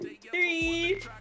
three